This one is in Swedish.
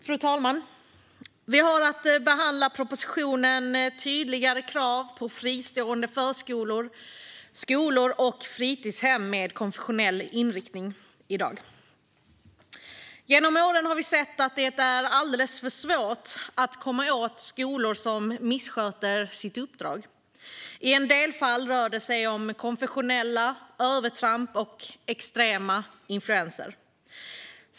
Fru talman! Vi har i dag att behandla propositionen Tydligare krav på fristående förskolor, skolor och fritidshem med konfessionell inriktning . Genom åren har vi sett att det är alldeles för svårt att komma åt skolor som missköter sitt uppdrag. I en del fall rör det sig om konfessionella övertramp och extrema influenser.